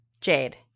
Jade